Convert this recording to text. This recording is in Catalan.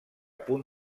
punt